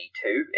two